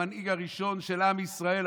המנהיג הראשון של עם ישראל,